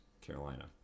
Carolina